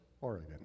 Oregon